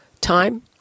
time